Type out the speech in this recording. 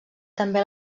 també